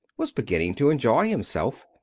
was beginning to enjoy himself.